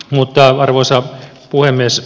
mutta arvoisa puhemies